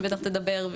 שבטח תכף תדבר.